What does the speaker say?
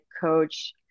coach